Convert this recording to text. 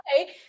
okay